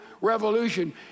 revolution